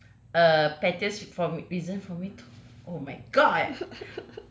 err pettiest for m~ reason for me to oh my god